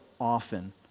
often